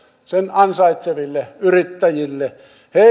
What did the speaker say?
sen ansaitseville yrittäjille